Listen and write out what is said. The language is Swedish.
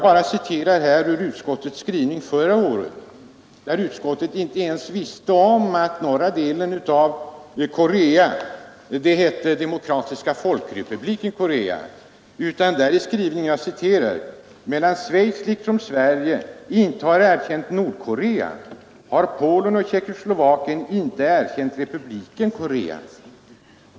Förra året visste utskottet inte ens om att norra delen av Korea heter Demokratiska folkrepubliken Korea utan skrev: ”Medan Schweiz liksom Sverige inte har erkänt Nordkorea, har Polen och Tjeckoslovakien inte erkänt Republiken Korea”.